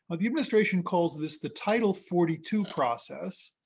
ah the administration calls this the title forty two process.